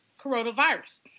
coronavirus